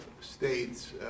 states